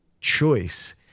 choice